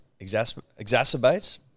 exacerbates